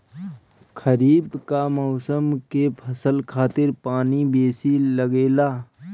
खरीफ कअ मौसम के फसल खातिर पानी बेसी लागेला